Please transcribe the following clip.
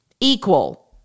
Equal